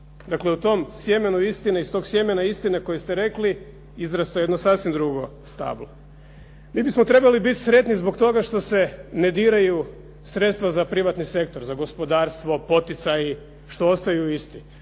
Dakle, u tom sjemenu istine, iz tog sjemena istine koji ste rekli izrasta jedno sasvim drugo stablo. Mi bismo trebali biti sretni zbog toga što se ne diraju sredstva za privatni sektor, za gospodarstvo, poticaju, što ostaju isti.